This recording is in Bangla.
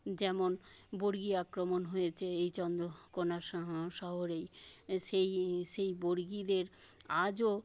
যেমন বর্গী আক্রমণ হয়েছে এই চন্দ্রকোনা শহরেই সেই সেই বর্গীদের আজও